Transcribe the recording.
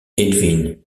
edwin